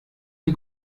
die